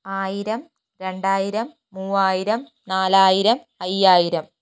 ആയിരം രണ്ടായിരം മൂവായിരം നാലായിരം അയ്യായിരം